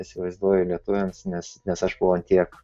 įsivaizduoju lietuviams nes nes aš buvau ant tiek